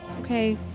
Okay